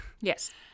Yes